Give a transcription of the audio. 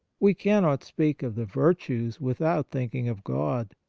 we cannot speak of the virtues without thinking of god.